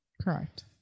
Correct